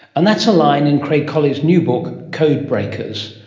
and that's a line in craig collie's new book, code breakers.